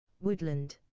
Woodland